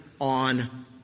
on